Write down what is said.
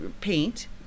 paint